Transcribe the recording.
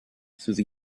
through